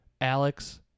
Alex